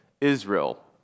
Israel